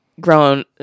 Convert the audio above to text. grown